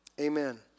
Amen